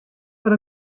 per